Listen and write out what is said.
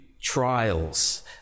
trials